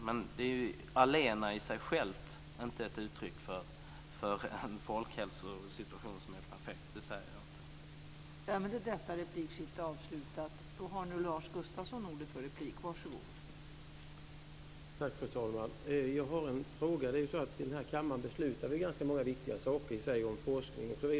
Men allena i sig självt är det inte ett uttryck för en folkhälsosituation som är perfekt, det säger jag inte.